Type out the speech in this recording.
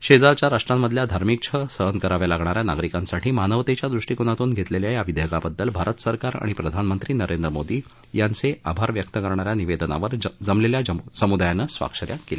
शेजारच्या राष्ट्रांमधल्या धार्मिक छळ सहन कराव्या लागणाऱ्या नागरिकांसाठी मानवतेच्या दृष्टीकोनातून घेतलेल्या या विधेयकाबद्दल भारत सरकार आणि प्रधानमंत्री नरेंद्र मोदी यांचे आभार व्यक्त करणाऱ्या निवेदनावर जमलेल्या समुदायानं स्वाक्षऱ्या केल्या